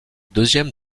deuxième